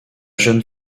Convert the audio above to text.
jeune